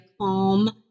calm